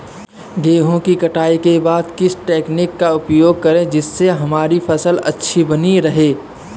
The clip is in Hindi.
गेहूँ की कटाई के बाद किस तकनीक का उपयोग करें जिससे हमारी फसल अच्छी बनी रहे?